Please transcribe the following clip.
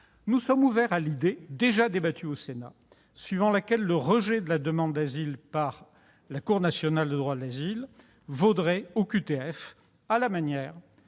Nous sommes ouverts à l'idée, déjà débattue au Sénat, suivant laquelle le rejet de la demande d'asile par la Cour nationale du droit d'asile, la CNDA, vaudrait OQTF, à la manière